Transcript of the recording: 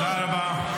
תודה רבה.